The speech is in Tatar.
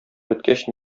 беткәч